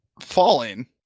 Falling